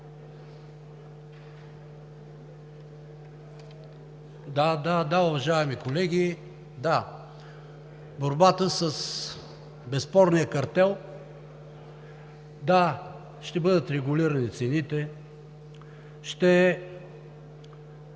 Да, да, да, уважаеми колеги! Да, борбата с безспорния картел! Да, ще бъдат регулирани цените, ще се